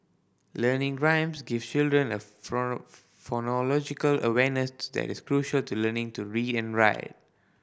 learning rhymes give children a phonological awareness that is crucial to learning to read and write